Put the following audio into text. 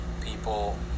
people